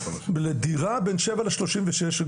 לדירה בין שבע לשלושים ושש.